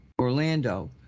Orlando